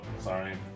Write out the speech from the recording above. sorry